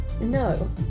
No